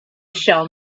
shall